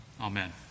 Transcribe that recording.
Amen